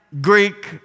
Greek